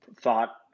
thought